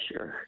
Sure